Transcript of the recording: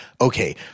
okay